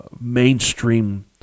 mainstream